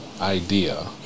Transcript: idea